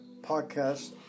podcast